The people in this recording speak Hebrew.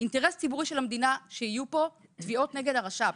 והאינטרס המדיני של המדינה הוא שיהיו כאן תביעות נגד הרשות הפלסטינית.